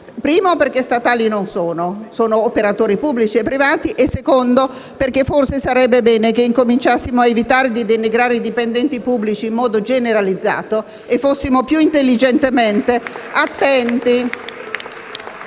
perché non lo sono, trattandosi di operatori pubblici e privati, e poi perché forse sarebbe bene che cominciassimo a evitare di denigrare i dipendenti pubblici in modo generalizzato e che fossimo più intelligentemente attenti